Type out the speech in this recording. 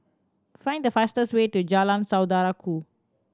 find the fastest way to Jalan Saudara Ku